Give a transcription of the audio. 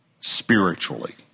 spiritually